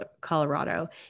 Colorado